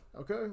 okay